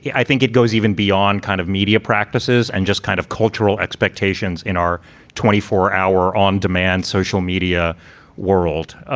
yeah i think it goes even beyond kind of media practices and just kind of cultural expectations in our twenty four hour on demand social media world. ah